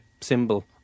symbol